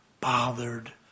bothered